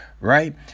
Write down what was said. Right